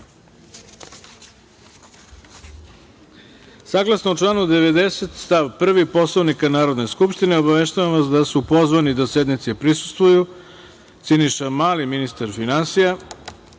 članu 90. stav 1. Poslovnika Narodne skupštine, obaveštavam vas da su pozvani da sednici prisustvuju Siniša Mali, ministar finansija,